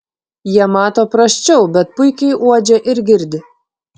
jie mato prasčiau bet puikiai uodžia ir girdi